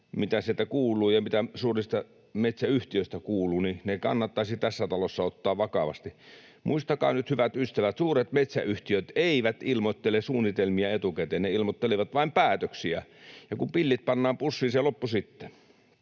Metrystä ja suurista metsäyhtiöistä, kannattaisi tässä talossa ottaa vakavasti. Muistakaa nyt, hyvät ystävät: suuret metsäyhtiöt eivät ilmoittele suunnitelmia etukäteen. Ne ilmoittelevat vain päätöksiä. Ja kun pillit pannaan pussiin, se loppuu sitten.